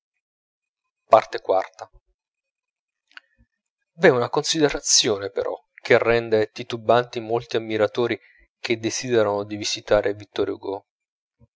e vi i v'è una considerazione però che rende titubanti molti ammiratori che desiderano di visitare vittor hugo